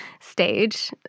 stage